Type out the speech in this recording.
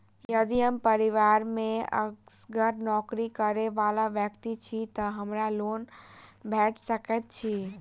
यदि हम परिवार मे असगर नौकरी करै वला व्यक्ति छी तऽ हमरा लोन भेट सकैत अछि?